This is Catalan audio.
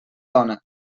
dona